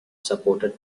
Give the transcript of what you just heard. supported